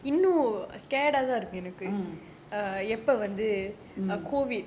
mm mm